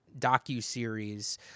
docuseries